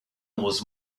was